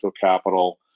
capital